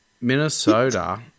Minnesota